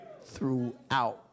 throughout